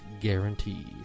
guarantee